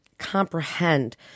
comprehend